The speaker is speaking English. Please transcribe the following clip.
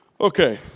Okay